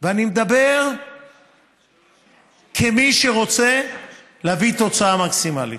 ואני מדבר כמי שרוצה להביא תוצאה מקסימלית.